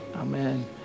Amen